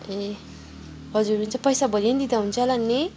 ए हजुर हुन्छ पैसा भोलि नै दिँदा हुन्छ होला नि नि